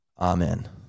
Amen